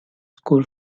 school